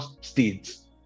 states